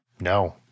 No